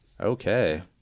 Okay